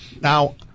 Now